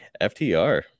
FTR